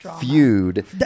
feud